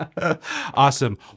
Awesome